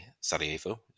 Sarajevo